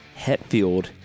Hetfield